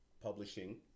Publishing